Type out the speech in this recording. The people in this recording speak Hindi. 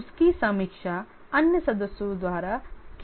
उसकी समीक्षा अन्य सदस्यों द्वारा की जाती है